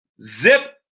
Zip